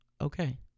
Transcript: okay